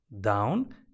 down